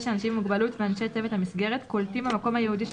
שאנשים עם מוגבלות ואנשי צוות המסגרת קולטים במקום הייעודי של